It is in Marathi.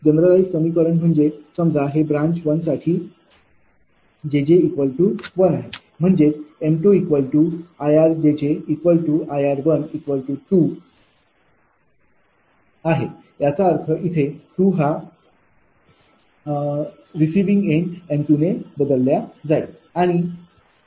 जनरल समीकरण म्हणजे समजा हे ब्रांच 1 साठी 𝑗𝑗1आहे म्हणजेचm2𝐼𝑅𝑗𝑗𝐼𝑅2 याचा अर्थ इथे हा 2 रिसिविंग एन्ड m2ने बदलला जाईल